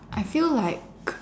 I feel like